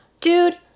dude